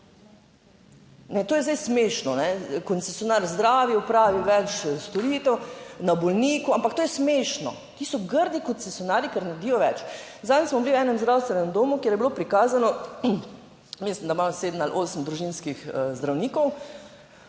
to je zdaj smešno, koncesionar zdravi, opravi več storitev na bolniku, ampak to je smešno, ti so grdi koncesionarji, ker naredijo več. Zadnjič smo bili v enem zdravstvenem domu, kjer je bilo prikazano, mislim, da imajo sedem ali osem družinskih zdravnikov,